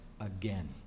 again